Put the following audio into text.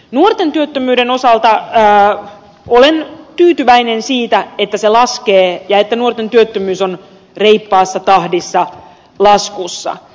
nuorten työttömyyden osalta jää olen tyytyväinen siitä että se laskee ja että nuorten työttömyys on reippaassa tahdissa laskussa